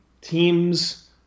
teams